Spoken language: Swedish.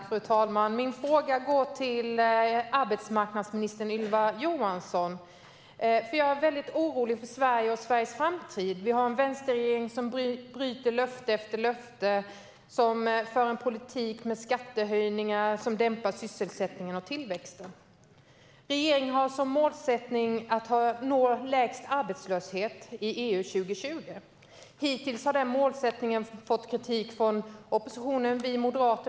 Fru talman! Min fråga går till arbetsmarknadsminister Ylva Johansson. Jag är väldigt orolig för Sverige och Sveriges framtid. Vi har en vänsterregering som bryter löfte efter löfte och som för en politik med skattehöjningar som dämpar sysselsättningen och tillväxten. Regeringen har som målsättning att nå lägst arbetslöshet i EU till 2020. Hittills har den målsättningen fått kritik från oppositionen och oss moderater.